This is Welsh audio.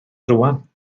rŵan